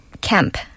camp